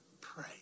pray